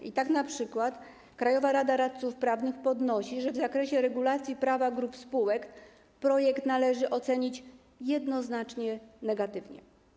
I tak np. Krajowa Rada Radców Prawnych podnosi, że w zakresie regulacji prawa grup spółek projekt należy ocenić jednoznacznie negatywnie.